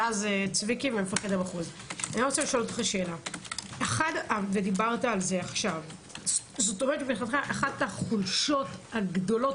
מבחינתך אחת החולשות הגדולות,